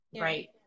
Right